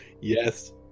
Yes